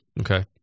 Okay